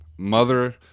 mother